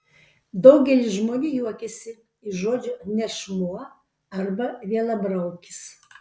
daugelis žmonių juokiasi iš žodžio nešmuo arba vielabraukis